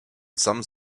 some